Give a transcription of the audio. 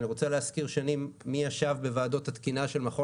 אני רוצה להזכיר שנים מי ישב בוועדות התקינה של ועדות